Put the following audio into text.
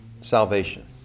salvation